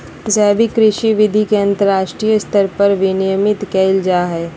जैविक कृषि विधि के अंतरराष्ट्रीय स्तर पर विनियमित कैल जा हइ